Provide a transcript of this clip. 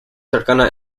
cercana